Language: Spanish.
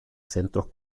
centros